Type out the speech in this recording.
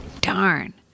Darn